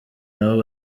nabo